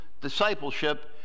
discipleship